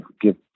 give